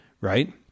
Right